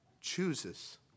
chooses